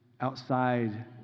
outside